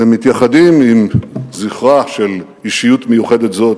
ומתייחדים עם זכרה של אישיות מיוחדת זאת,